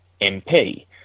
MP